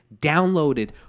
downloaded